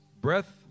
breath